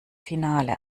finale